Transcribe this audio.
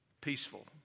peaceful